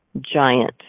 giant